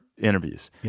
interviews